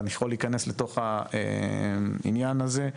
אתה יכול להיכנס לתוך העניין הזה.